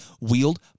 wield